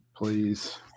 please